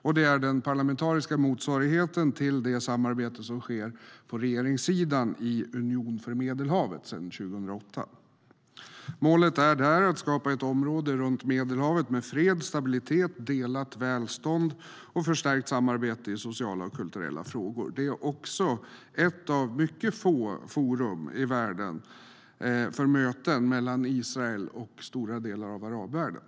PA-UfM är den parlamentariska motsvarigheten till det samarbete som sedan 2008 sker på regeringssidan i Union för Medelhavet. Målet är att skapa ett område runt Medelhavet med fred, stabilitet, delat välstånd och förstärkt samarbete i sociala och kulturella frågor. Det är också ett av mycket få forum i världen för möten mellan Israel och stora delar av arabvärlden.